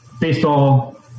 baseball